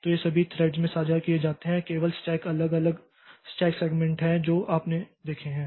तो ये सभी थ्रेड्स में साझा किए जाते हैं केवल स्टैक अलग अलग स्टेक सेगमेंट हैं जो आपने देखे हैं